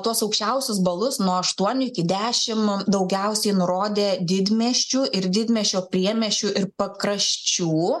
tuos aukščiausius balus nuo aštuonių iki dešimt daugiausiai nurodė didmiesčių ir didmiesčio priemiesčių ir pakraščių